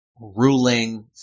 ruling